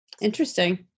Interesting